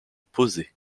posée